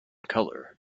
color